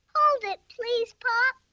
hold it, please. but